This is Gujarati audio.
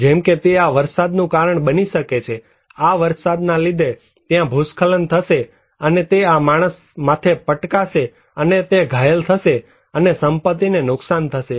જેમ કે તે આ વરસાદનું કારણ બની શકે છે આ વરસાદના લીધે ત્યાં ભૂસ્ખલન થશે અને તે આ માણસ માથે પટકાશે અને તે ઘાયલ થશે અને સંપત્તિને નુકસાન થશે